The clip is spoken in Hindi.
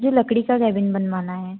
जो लकड़ी का केबिन बनवाना है